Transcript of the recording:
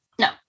No